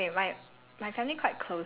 oh my gosh I don't know eh